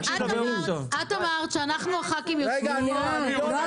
את אמרת שאנחנו, חברי הכנסת, מתנגדים להפרטה.